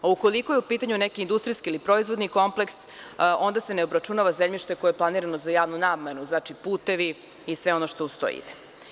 Ukoliko je u pitanju neki industrijski ili proizvodni kompleks onda se ne obračunava zemljište koje je planirano za javnu namenu, putevi i sve ono što uz to ide.